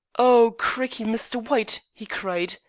oh, crikey, mr. white, he cried,